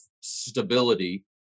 stability